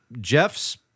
Jeff's